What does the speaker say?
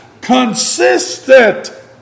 consistent